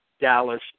Dallas